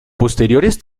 posteriores